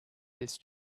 this